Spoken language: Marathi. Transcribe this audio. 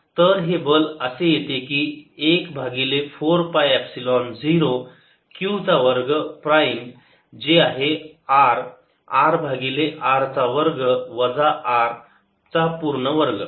तर हे बल असे येते की 1 भागिले 4 पाय एपसिलोन 0 q चा वर्ग प्राईम जे आहे R r भागिले r चा वर्ग वजा R चा वर्ग पूर्ण वर्ग